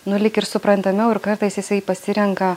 nu lyg ir suprantamiau ir kartais jisai pasirenka